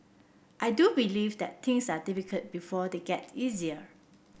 I do believe that things are difficult before they get easier